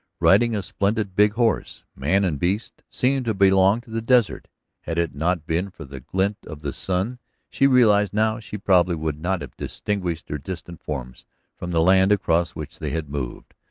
riding a splendid big horse. man and beast seemed to belong to the desert had it not been for the glint of the sun she realized now, she probably would not have distinguished their distant forms from the land across which they had moved.